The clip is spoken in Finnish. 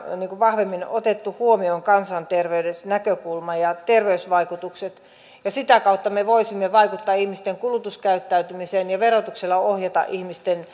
vahvemmin otettu huomioon kansanterveyden näkökulma ja terveysvaikutukset sitä kautta me voisimme vaikuttaa ihmisten kulutuskäyttäytymiseen ja verotuksella ohjata ihmisten